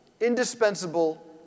indispensable